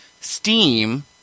steam